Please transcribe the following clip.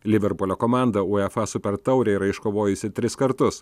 liverpulio komanda uefa super taurę yra iškovojusi tris kartus